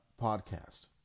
podcast